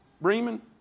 Bremen